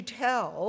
tell